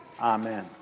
Amen